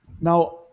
now